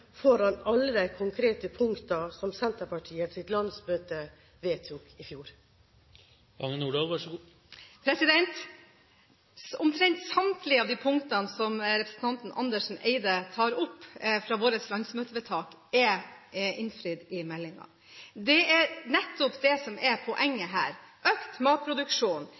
foran alle de konkrete punktene som Senterpartiets landsmøte vedtok i fjor? Omtrent samtlige av de punktene som representanten Andersen Eide tar opp fra våre landsmøtevedtak, er innfridd i meldingen. Det er nettopp det som er poenget her. Økt matproduksjon